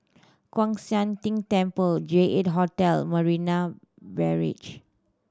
Kwan Siang Tng Temple J Eight Hotel Marina Barrage